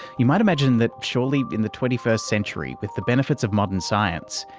you might imagine that surely in the twenty first century, with the benefits of modern science,